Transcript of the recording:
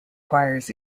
choirs